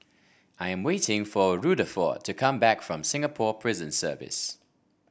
I am waiting for Rutherford to come back from Singapore Prison Service